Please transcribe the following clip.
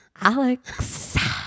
Alex